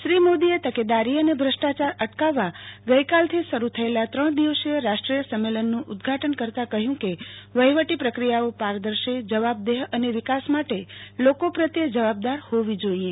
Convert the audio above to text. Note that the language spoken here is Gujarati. શ્રી મોદીચ્ય તકેદારી અને ભ્રષ્ટાયાર અટકાવવા ગઈકાલથી શરૂ થયેલા ત્રણ દિવસીય રાષ્ટ્રીય સંમેલનનું ઉદઘાટન કરતા કહ્યું કે વહિવટી પ્રક્રિયાઓ પારદર્શી જવાબદેહ અને વિકાસ માટે લોકો પ્રત્યે જવાબદાર હોવી જોઈએ